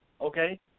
okay